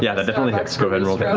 yeah that definitely hits. go ahead